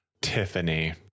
Tiffany